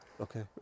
okay